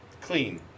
Clean